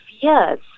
years